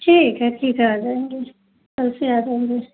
ठीक है ठीक है कल से आ जाऊँगी